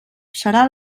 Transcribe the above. serà